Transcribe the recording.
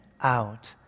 out